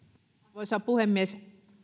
arvoisa puhemies